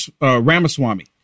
Ramaswamy